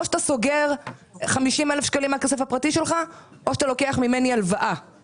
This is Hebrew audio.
או שאתה סוגר 50 אלף שקלים מהכסף הפרטי שלך או שאתה לוקח ממני הלוואה כי